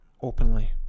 openly